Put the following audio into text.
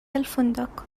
الفندق